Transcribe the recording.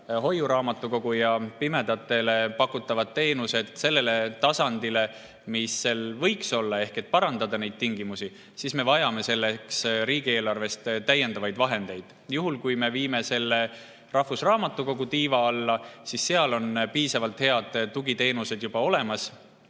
hoiuraamatukogu ja pimedatele pakutavad teenused sellele tasandile, mis võiks olla, ehk et parandada neid tingimusi, siis me vajame selleks riigieelarvest täiendavaid vahendeid. Juhul kui me viime need rahvusraamatukogu tiiva alla, siis seal on piisavalt head tugiteenused juba olemas